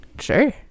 Sure